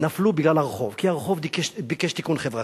נפלו בגלל הרחוב, כי הרחוב ביקש תיקון חברתי.